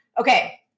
Okay